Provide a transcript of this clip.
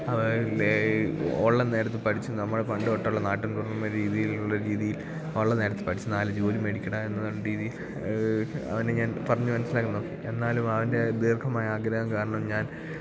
ഉള്ള നേരത്ത് പഠിച്ചു നമ്മുടെ പണ്ട് തൊട്ടുള്ള നാട്ടിൻ പുറം രീതിയിൽ ഉള്ള ഒരു രീതിയിൽ ഉള്ള നേരത്ത് പഠിച്ചു നാല് ജോലി മേടിക്കെടാ എന്നുള്ള രീതിയിൽ അവനെ ഞാൻ പറഞ്ഞു മനസ്സിലാക്കാന് നോക്കി എന്നാലും അവന്റെ ദീർഘമായ ആഗ്രഹം കാരണം ഞാൻ